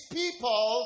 people